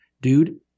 dude